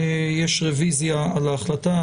יש רביזיה על ההחלטה.